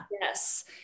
Yes